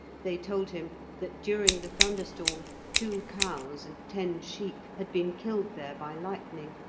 they told him that during the thunderstorm two cows and ten sheep had been killed there by lightning,